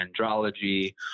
andrology